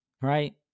right